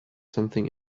something